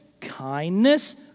kindness